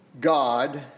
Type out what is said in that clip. God